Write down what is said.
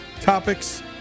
Topics